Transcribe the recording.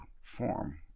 form